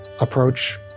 approach